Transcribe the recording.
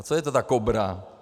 A co je to ta Kobra?